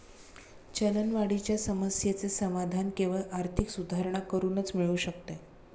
चलनवाढीच्या समस्येचे समाधान केवळ आर्थिक सुधारणा करूनच मिळू शकते